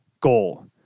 goal